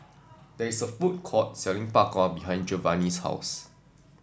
there is a food court selling Bak Kwa behind Giovani's house